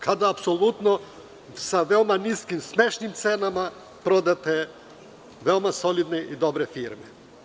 Kada apsolutno sa veoma niskim, smešnim cenama prodate veoma solidne i dobre firme.